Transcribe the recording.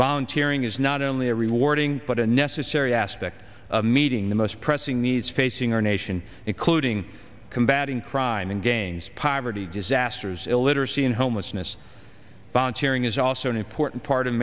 volunteer ing is not only a rewarding but a necessary aspect of meeting the most pressing needs facing our nation including combating crime against poverty disasters illiteracy and homelessness bond hearing is also an important part